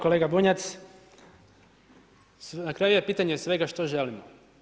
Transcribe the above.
Kolega Bunjac, na kraju je pitanje svega što želimo.